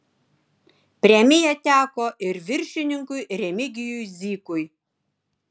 premija teko ir viršininkui remigijui zykui